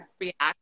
react